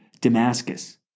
Damascus